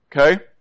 okay